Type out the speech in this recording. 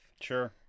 Sure